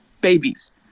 Babies